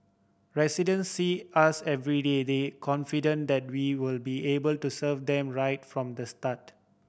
resident see us everyday they confident that we will be able to serve them right from the start